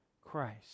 Christ